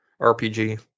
RPG